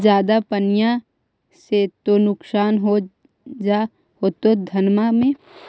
ज्यादा पनिया से तो नुक्सान हो जा होतो धनमा में?